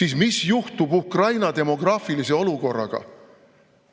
siis mis juhtub Ukraina demograafilise olukorraga